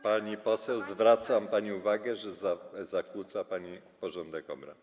Pani poseł, zwracam pani uwagę, że zakłóca pani porządek obrad.